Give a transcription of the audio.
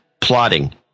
plotting